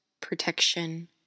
protection